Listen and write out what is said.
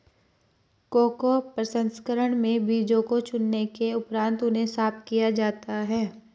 cocoa प्रसंस्करण में बीजों को चुनने के उपरांत उन्हें साफ किया जाता है